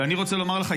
ואני רוצה לומר לך,